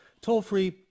Toll-free